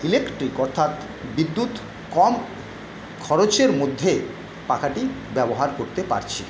electric অর্থাৎ বিদ্যুৎ কম খরচের মধ্যে পাখাটি ব্যবহার করতে পারছি